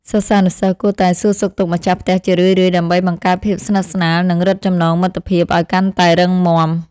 សិស្សានុសិស្សគួរតែសួរសុខទុក្ខម្ចាស់ផ្ទះជារឿយៗ ដើម្បីបង្កើតភាពស្និទ្ធស្នាលនិងរឹតចំណងមិត្តភាពឱ្យកាន់តែរឹងមាំ។